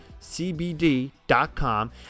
Cbd.com